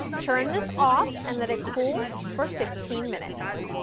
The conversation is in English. turn this off and let it cool for fifteen minutes.